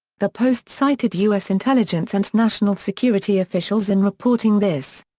the post cited u s. intelligence and national security officials in reporting this.